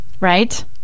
Right